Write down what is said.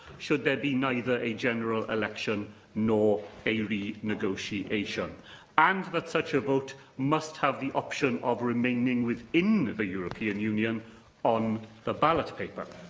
should there be neither a general election nor a renegotiation, and that such a vote must have the option of remaining within the european union on the ballot paper.